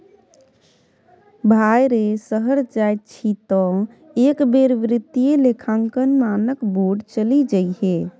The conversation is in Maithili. भाय रे शहर जाय छी तँ एक बेर वित्तीय लेखांकन मानक बोर्ड चलि जइहै